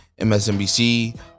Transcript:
MSNBC